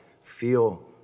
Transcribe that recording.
feel